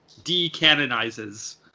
decanonizes